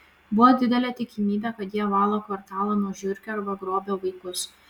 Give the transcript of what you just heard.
buvo didelė tikimybė kad jie valo kvartalą nuo žiurkių arba grobia vaikus